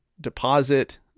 deposit